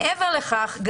מעבר לכך,